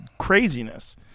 craziness